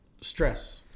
stress